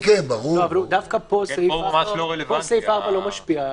דווקא פה סעיף 4 לא משפיע.